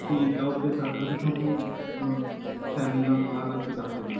ਠੀਕ ਆ okay sir ਅਸੀਂ ਤੁਹਾਨੂੰ ਫੈਮਲੀ ਨਾਲ ਸਲਾਹ ਕਰਕੇ ਦੱਸ ਦਿੰਦੇ ਆ ਜੀ